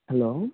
hello